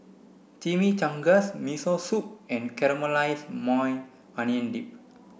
Chimichangas Miso Soup and Caramelized Maui Onion Dip